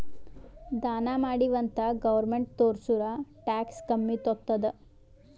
ದಾನಾ ಮಾಡಿವ್ ಅಂತ್ ಗೌರ್ಮೆಂಟ್ಗ ತೋರ್ಸುರ್ ಟ್ಯಾಕ್ಸ್ ಕಮ್ಮಿ ತೊತ್ತುದ್